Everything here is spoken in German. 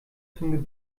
zum